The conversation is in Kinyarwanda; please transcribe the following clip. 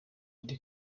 eddy